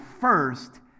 first